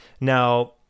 Now